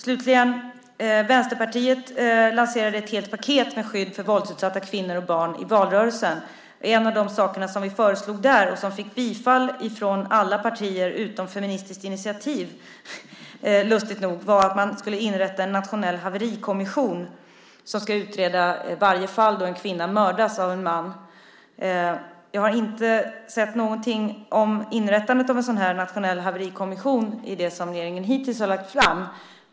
Slutligen: Vänsterpartiet lanserade ett helt paket för våldsutsatta kvinnor och barn i valrörelsen. En av de saker vi där föreslog och som fick bifall av alla partier utom, lustigt nog, Feministiskt initiativ, var att man skulle inrätta en nationell haverikommission som ska utreda varje fall då en kvinna mördas av en man. Jag har inte sett något om inrättandet av en sådan nationell haverikommission i det som regeringen hittills har lagt fram.